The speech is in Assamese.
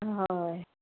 হয়